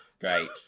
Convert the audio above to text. Great